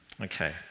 Okay